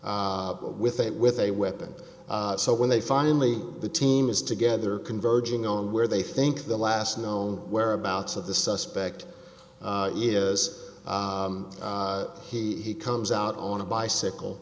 with a with a weapon so when they finally the team is together converging on where they think the last known whereabouts of the suspect is he comes out on a bicycle